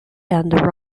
and